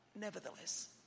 nevertheless